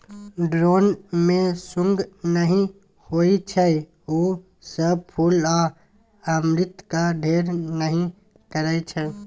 drone मे सुंग नहि होइ छै ओ सब फुल आ अमृतक ढेर नहि करय छै